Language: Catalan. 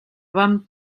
vam